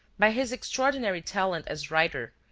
by his extraordinary talent as writer,